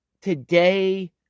today